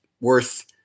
worth